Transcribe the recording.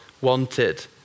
wanted